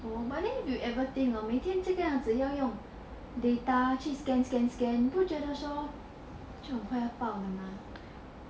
but don't you ever think hor 每天这个样子要用 data 去 scan scan scan 不觉得说会就会